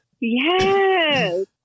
Yes